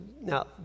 Now